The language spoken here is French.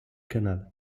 canal